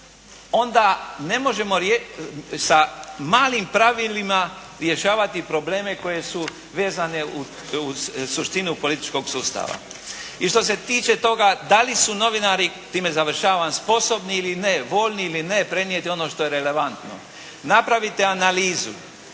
Onda ne možemo sa malim pravilima rješavati probleme koji su vezani uz suštinu političkog sustava. I što se tiče toga da li su novinari, time završavam, sposobni ili ne, voljni ili ne prenijeti ono što je relevantno, napraviti analizu